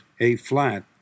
A-flat